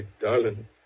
darling